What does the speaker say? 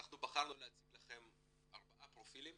בחרנו להציג לכם ארבעה פרופילים